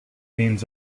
means